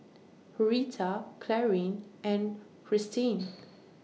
Rheta Clarine and Christen